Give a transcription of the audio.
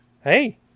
hey